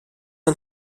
ein